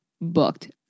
booked